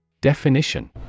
Definition